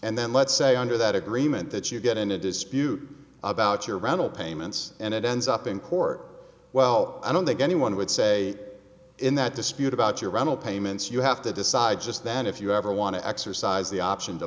and then let's say under that agreement that you get in a dispute about your rental payments and it ends up in court well i don't think anyone would say in that dispute about your rental payments you have to decide just that if you ever want to exercise the option to